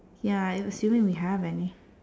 ya assuming we have any